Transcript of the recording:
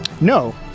No